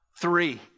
three